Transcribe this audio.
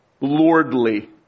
Lordly